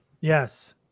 Yes